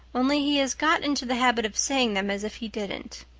only he has got into the habit of saying them as if he didn't.